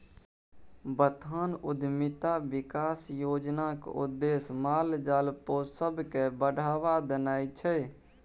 बथान उद्यमिता बिकास योजनाक उद्देश्य माल जाल पोसब केँ बढ़ाबा देनाइ छै